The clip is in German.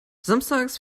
samstags